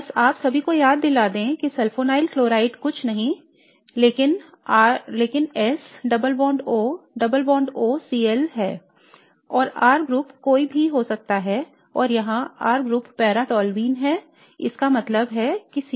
बस आप सभी को याद दिला दें कि सल्फोनील क्लोराइड कुछ नहीं लेकिन S double bond O double bond O Cl है और R ग्रुप कोई भी हो सकता है और यहां R ग्रुप पैरा टोल्यूनि है इसका मतलब है कि CH3